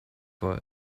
for